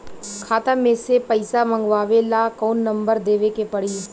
खाता मे से पईसा मँगवावे ला कौन नंबर देवे के पड़ी?